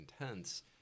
intense